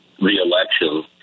reelection